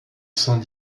saint